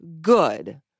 good